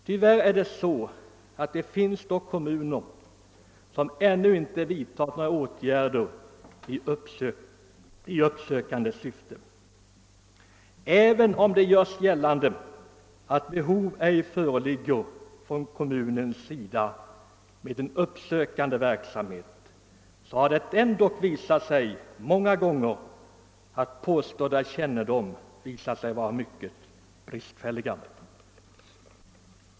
Å andra sidan finns det tyvärr kommuner som ännu inte vidtagit några åtgärder i uppsökande syfte. Även om det görs gällande att behov icke föreligger av en uppsökande verksamhet från kommunens sida har det ändå visat sig — många gånger — att kännedomen om förhållandena varit mycket bristfällig.